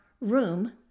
room